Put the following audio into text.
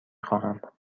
خواهم